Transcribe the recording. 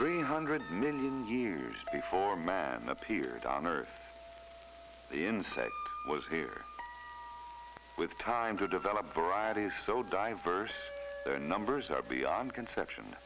three hundred million years before man appeared on earth the insect was here with time to develop varieties so diverse their numbers are beyond conception